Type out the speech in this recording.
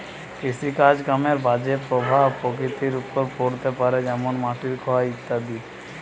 কৃষিকাজ কামের বাজে প্রভাব প্রকৃতির ওপর পড়তে পারে যেমন মাটির ক্ষয় ইত্যাদি